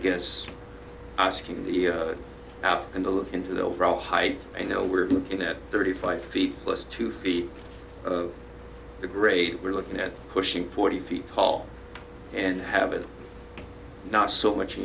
guess asking the out in to look into the overall height you know we're looking at thirty five feet plus two feet of the great we're looking at pushing forty feet tall and have it not so much in